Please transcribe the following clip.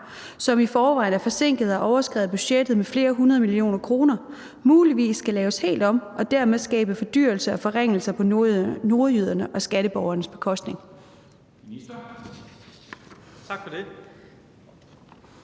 som i forvejen er forsinket og har overskredet budgettet med flere hundrede millioner kroner – muligvis skal laves helt om og dermed skabe fordyrelser og forsinkelser på nordjydernes og skatteborgernes bekostning?